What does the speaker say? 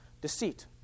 deceit